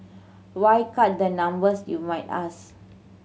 why cut the numbers you might ask